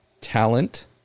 talent